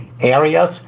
areas